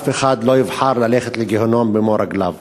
ואף אחד לא יבחר ללכת לגיהינום במו רגליו.